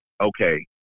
okay